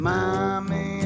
Mommy